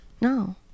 No